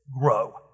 grow